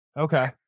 Okay